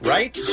Right